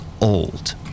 old